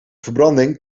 verbranding